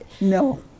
No